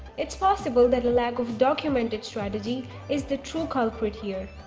it's possible that a lack of documented strategy is the true culprit here.